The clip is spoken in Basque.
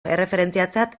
erreferentziatzat